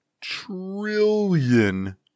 trillion